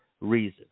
reason